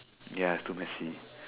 ya it's too messy